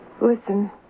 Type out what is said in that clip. Listen